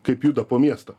kaip juda po miesto